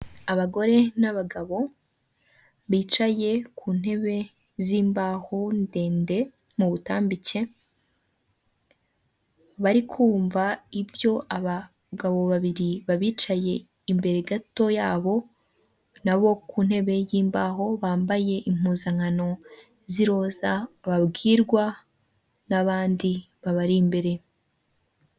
Abagore n'abagabo bicaye ku ntebe z'imbaho ndende mu butambike bari kumva ibyo abagabo babiri babicaye imbere gato yabo na bo ku ntebe y'imbaho bambaye impuzankano z'iroza babwirwa n'abandi babari imbere.